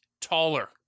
taller